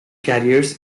carriers